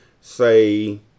say